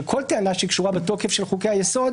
של כל טענה שקשורה בתוקף של חוקי היסוד,